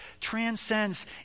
transcends